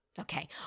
Okay